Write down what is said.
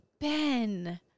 Ben